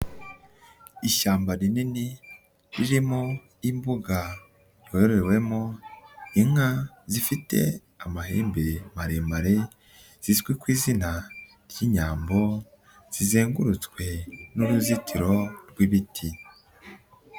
Ishyamba rinini ririmo imbuga yororewemo inka zifite amahembe maremare, zizwi ku izina ry'inyambo, zizengurutswe n'uruzitiro rw'ibiti.